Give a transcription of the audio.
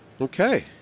Okay